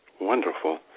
Wonderful